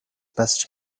best